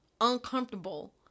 uncomfortable